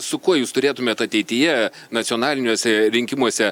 su kuo jūs turėtumėt ateityje nacionaliniuose rinkimuose